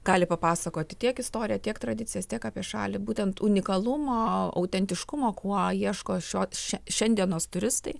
gali papasakoti tiek istoriją tiek tradicijas tiek apie šalį būtent unikalumo autentiškumo kuo ieško šiandienos turistai